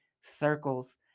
circles